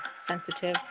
sensitive